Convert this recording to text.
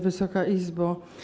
Wysoka Izbo!